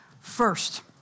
First